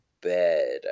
bed